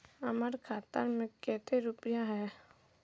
हमर खाता में केते रुपया है?